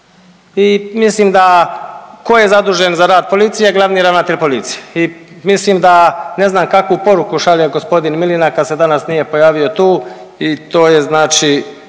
i mislim da, tko je zadužen za rad policije? Glavni ravnatelj policije i mislim da, ne znam kakvu poruku šalje g. Milina kad se danas nije pojavio tu i to je znači